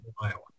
Iowa